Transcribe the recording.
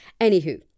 Anywho